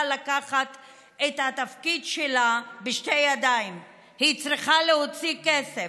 לקחת את התפקיד שלה בשתי ידיים: היא צריכה להוציא כסף,